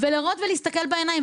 לראות ולהסתכל בעיניים.